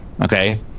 Okay